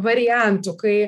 variantų kai